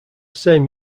same